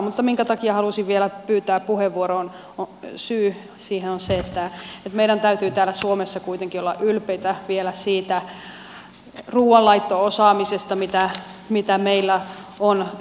mutta syy minkä takia halusin vielä pyytää puheenvuoron on se että meidän täytyy täällä suomessa kuitenkin olla ylpeitä vielä siitä ruuanlaitto osaamisesta mitä meillä on